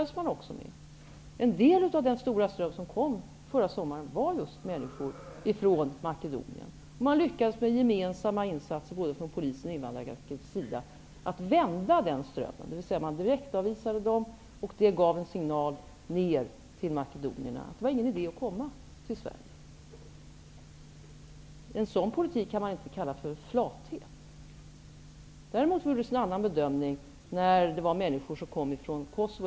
En del av den stora ström som kom förra sommaren var just människor från Makedonien. Med gemensamma insatser både från polisens och Invandrarverkets sida lyckades man vända den strömmen, dvs. man direktavvisade dem. Detta gav en signal till Makedonierna om att det inte var någon idé att komma till Sverige. En sådan politik kan man inte kalla flat. Det gjordes däremot en annan bedömning när det kom människor från Kosovo, där situationen var en helt annan.